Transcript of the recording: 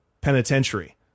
penitentiary